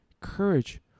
courage